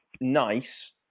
nice